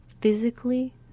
physically